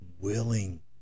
willing